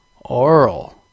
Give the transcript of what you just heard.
Oral